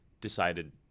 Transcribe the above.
decided